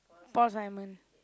Paul-Simon